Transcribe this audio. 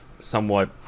somewhat